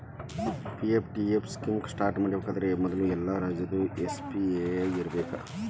PFDF scheme start ಮಾಡಬೇಕಂದ್ರ ಮೊದ್ಲು ಎಲ್ಲಾ ರಾಜ್ಯದಾಗು ಎಸ್.ಪಿ.ಎಫ್.ಇ ಇರ್ಬೇಕು